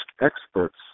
experts